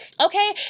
Okay